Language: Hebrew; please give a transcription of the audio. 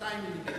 200 מילימטר,